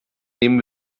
nehmen